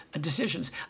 decisions